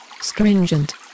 stringent